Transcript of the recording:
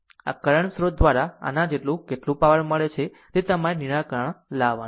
આ કરંટ સ્રોત દ્વારા આના દ્વારા કેટલું પાવર મળે છે તે તમારે નિરાકરણ લાવવાનું છે